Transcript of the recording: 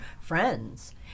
friends